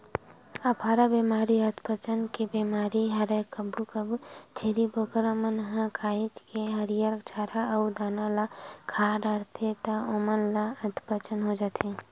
अफारा बेमारी अधपचन के बेमारी हरय कभू कभू छेरी बोकरा मन ह काहेच के हरियर चारा अउ दाना ल खा डरथे त ओमन ल अधपचन हो जाथे